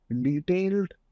detailed